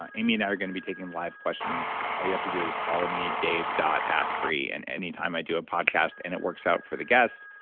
ah amy and i are going to be taking live questions. all you have to do is follow me, dave dot asprey and anytime i do a podcast and it works out for the guest,